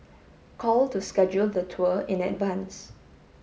call to schedule the tour in advance